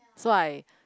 so I